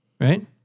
Right